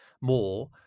more